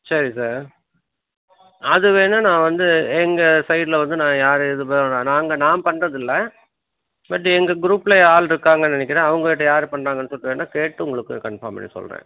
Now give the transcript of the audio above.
சரி சார் அது வேணா நான் வந்து எங்கள் சைட்டில வந்து நான் யாரும் இது பண்ணல நாங்கள் நான் பண்ணுறதில்ல பட்டு எங்கள் குரூப்பில ஆள் இருக்காங்கன்னு நினைக்கிறேன் அவங்கக்கிட்ட யார் பண்ணுறாங்க சொல்லிட்டு வேணா கேட்டு உங்களுக்கு கன்ஃபார்ம் பண்ணி சொல்கிறேன்